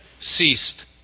ceased